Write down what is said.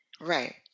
Right